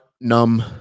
numb